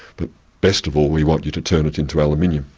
but best of all we want you to turn it into aluminium.